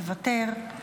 מוותר.